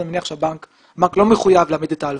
מניח שהבנק לא מחויב להעמיד את ההלוואה.